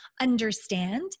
understand